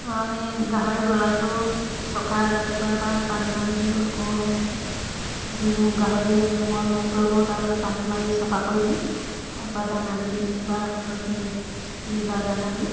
অঁ আমি গাহৰি গঁৰালটো চাফা ৰাতিপুৱা এবাৰ পানী মাৰি দিওঁ আকৌ যিবোৰ গাহৰিয়ে মল মূত্ৰবোৰ তাৰমানে পানী মাৰি চাফা কৰি দিওঁ তাৰপৰা দানা দিওঁ তিনিবাৰ আপোনাৰ তিনি তিনিবাৰ দানা দিওঁ